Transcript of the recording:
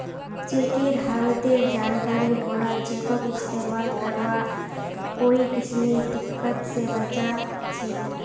चेकेर हालतेर जानकारी होना चेकक इस्तेमाल करवात कोई किस्मेर दिक्कत से बचा छे